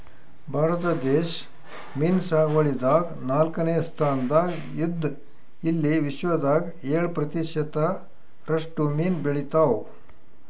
ಭಾರತ ದೇಶ್ ಮೀನ್ ಸಾಗುವಳಿದಾಗ್ ನಾಲ್ಕನೇ ಸ್ತಾನ್ದಾಗ್ ಇದ್ದ್ ಇಲ್ಲಿ ವಿಶ್ವದಾಗ್ ಏಳ್ ಪ್ರತಿಷತ್ ರಷ್ಟು ಮೀನ್ ಬೆಳಿತಾವ್